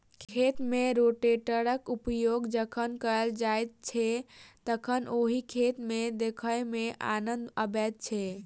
खेत मे रोटेटरक प्रयोग जखन कयल जाइत छै तखन ओहि खेत के देखय मे आनन्द अबैत छै